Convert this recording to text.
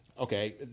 okay